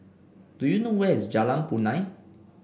do you know where is Jalan Punai